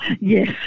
Yes